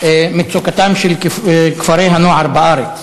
מצוקתם של כפרי-הנוער בארץ.